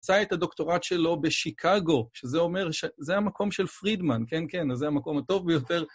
מצא את הדוקטורט שלו בשיקגו, שזה אומר, זה המקום של פרידמן, כן, כן, אז זה המקום הטוב ביותר.